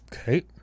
Okay